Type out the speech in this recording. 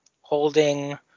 holding